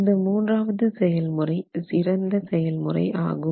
இந்த மூன்றாவது செயல் முறை சிறந்த செயல் முறை ஆகும்